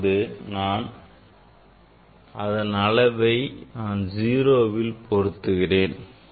அதாவது அதன் அளவை நான் 0ல் பொருத்துகிறேன்